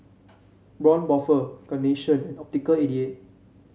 Braun Buffel Carnation and Optical eighty eight